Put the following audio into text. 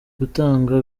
gutanga